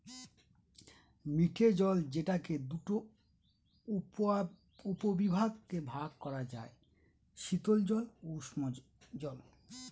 মিঠে জল যেটাকে দুটা উপবিভাগে ভাগ করা যায়, শীতল জল ও উষ্ঞজল